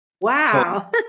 Wow